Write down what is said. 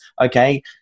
okay